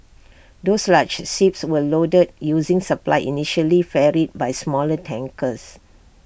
those large ships were loaded using supply initially ferried by smaller tankers